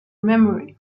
memory